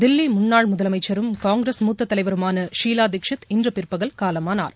தில்லி முன்னாள் முதலமைச்சரும் காங்கிரஸ் மூத்த தலைவருமான ஷீவா தீக்ஷித் இன்று பிற்பகல் காலமானார்